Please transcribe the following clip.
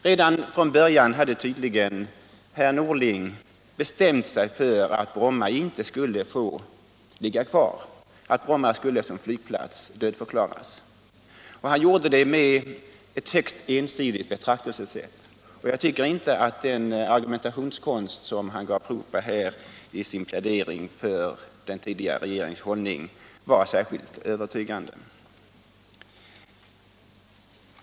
Redan från början hade tydligen herr Norling bestämt sig för att Bromma inte skulle få ligga kvar; Bromma skulle som flygplats dödförklaras. Han gjorde det med ett högst ensidigt betraktelsesätt, och jag tycker inte att den argumentationskonst som han gav prov på här i sin plädering för den tidigare regeringens hållning var särskilt övertygande.